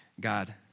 God